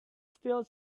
still